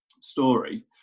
story